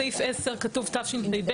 בסעיף 10 כתוב תשפ"ב,